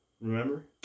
Remember